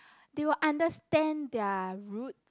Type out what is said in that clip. they will understand their root